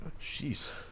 Jeez